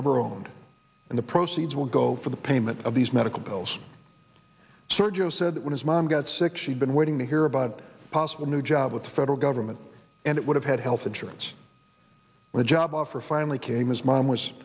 ever owned and the proceeds will go for the payment of these medical bills sergio said that when his mom got sick she'd been waiting to hear about a possible new job with the federal government and it would have had health insurance and a job offer family came as mom was